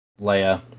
Leia